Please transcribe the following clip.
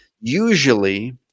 Usually